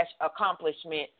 accomplishment